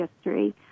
history